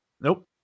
Nope